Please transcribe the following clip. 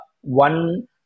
one